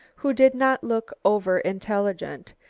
who did not look over-intelligent,